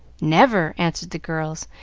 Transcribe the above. never! answered the girls,